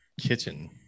kitchen